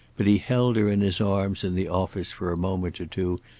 but he held her in his arms in the office for a moment or two,